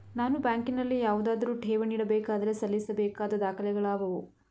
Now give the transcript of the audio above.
ನಾನು ಬ್ಯಾಂಕಿನಲ್ಲಿ ಯಾವುದಾದರು ಠೇವಣಿ ಇಡಬೇಕಾದರೆ ಸಲ್ಲಿಸಬೇಕಾದ ದಾಖಲೆಗಳಾವವು?